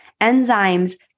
Enzymes